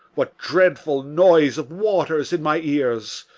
what dreadful noise of waters in my ears!